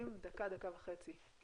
דקה וחצי.